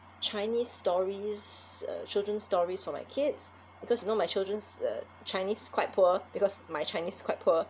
chinese stories uh children stories for my kids because you know my children's uh chinese is quite poor because my chinese quite poor